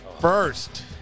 first